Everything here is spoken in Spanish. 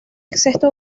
excepto